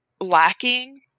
lacking